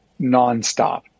nonstop